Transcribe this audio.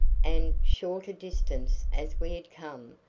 and, short a distance as we had come,